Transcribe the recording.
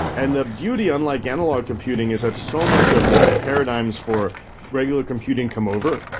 and the beauty unlike analog computing is that so much of the paradigms for regular computing come over,